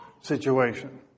situation